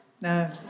No